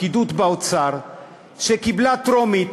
הפקידות באוצר שקיבלה בטרומית